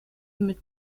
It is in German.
mit